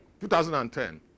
2010